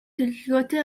төлөвлөгөөтэй